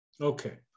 Okay